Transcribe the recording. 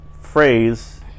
phrase